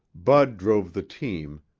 bud drove the team,